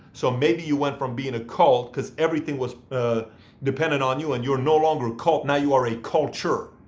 so maybe you went from being a cult, because everything was ah dependent on you and you're no longer a cult, now you are a culture.